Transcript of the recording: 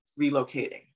relocating